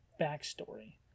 backstory